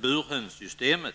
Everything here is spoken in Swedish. burhönssystemet.